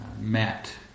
met